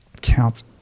counts